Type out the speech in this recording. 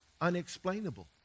Unexplainable